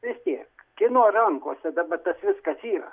vis tiek kieno rankose dabar viskas yra